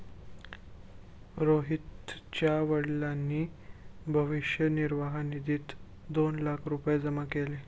रोहितच्या वडिलांनी भविष्य निर्वाह निधीत दोन लाख रुपये जमा केले